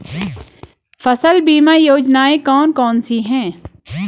फसल बीमा योजनाएँ कौन कौनसी हैं?